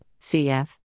cf